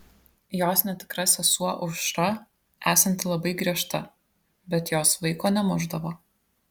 jos netikra sesuo aušra esanti labai griežta bet jos vaiko nemušdavo